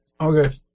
Okay